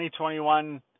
2021